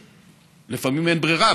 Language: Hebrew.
לפעמים אין ברירה,